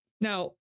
Now